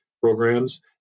programs